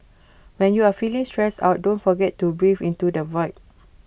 when you are feeling stressed out don't forget to breathe into the void